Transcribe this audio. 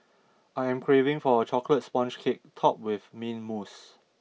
I am craving for a Chocolate Sponge Cake topped with mint mousse